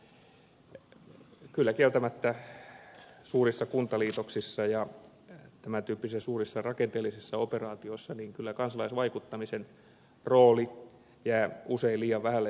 kyllä kieltämättä suurissa kuntaliitoksissa ja tämän tyyppisissä suurissa rakenteellisissa operaatioissa kansalaisvaikuttamisen rooli jää usein liian vähälle pohtimiselle